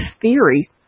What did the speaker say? theory